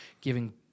giving